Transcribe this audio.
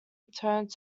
returned